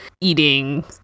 eating